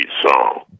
song